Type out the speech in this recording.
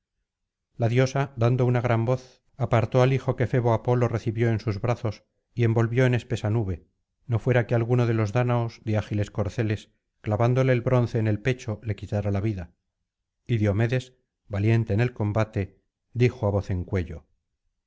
la diosa dando una gran voz apartó al hijo que febo apolo recibió en sus brazos y envolvió en espesa nube no fuera que alguno délos dáñaos de ágiles corceles clavándole el bronce en el pecho le quitara la vida y diomedes valiente en el combate dijo á voz en cuello